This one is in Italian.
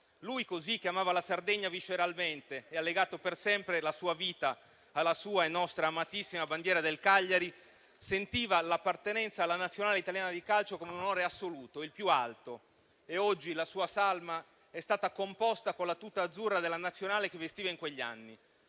Lui che amava la Sardegna visceralmente e ha legato per sempre la sua vita alla sua e nostra amatissima bandiera del Cagliari, sentiva l'appartenenza alla nazionale italiana di calcio come un onore assoluto, il più alto, e oggi la sua salma è stata composta con la tuta azzurra della nazionale che vestiva in quegli anni.